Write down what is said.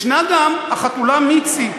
יש גם החתולה מיצי.